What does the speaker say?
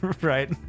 Right